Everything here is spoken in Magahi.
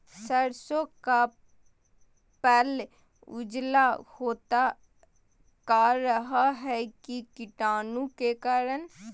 सरसो का पल उजला होता का रहा है की कीटाणु के करण?